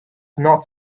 not